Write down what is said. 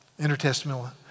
intertestamental